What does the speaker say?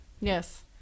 Yes